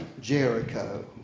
Jericho